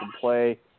play